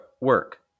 work